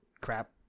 crap